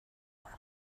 bara